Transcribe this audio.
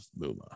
Muma